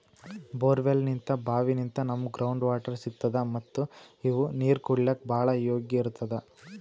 ಬೋರ್ವೆಲ್ನಿಂತ್ ಭಾವಿನಿಂತ್ ನಮ್ಗ್ ground water ಸಿಗ್ತದ ಮತ್ತ್ ಇದು ನೀರ್ ಕುಡ್ಲಿಕ್ಕ್ ಭಾಳ್ ಯೋಗ್ಯ್ ಇರ್ತದ್